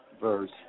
Verse